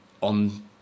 on